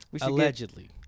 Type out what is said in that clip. Allegedly